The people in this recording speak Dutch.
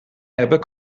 hebben